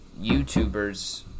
YouTubers